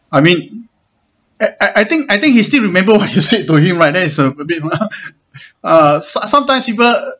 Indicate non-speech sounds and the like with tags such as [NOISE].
I mean I I I think I think he's still remember what [LAUGHS] you said to him right there is a bit !huh! uh sometimes people